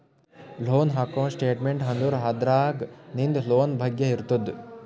loan account statement ಅಂದುರ್ ಅದ್ರಾಗ್ ನಿಂದ್ ಲೋನ್ ಬಗ್ಗೆ ಇರ್ತುದ್